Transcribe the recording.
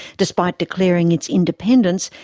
despite declaring its independence,